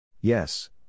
Yes